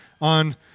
on